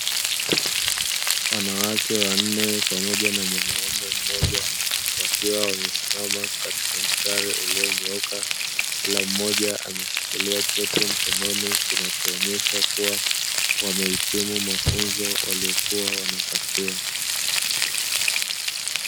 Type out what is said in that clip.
Wanawake wanne pamoja na mwanaume mmoja, wakiwa wamesimama katika mstari ulionyooka, kila mmoja ameshikilia cheti mkononi kinachoonyesha kuwa, wamehitimu mafunzo waliokuwa wanapatiwa.